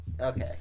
Okay